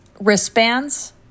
wristbands